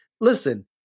Listen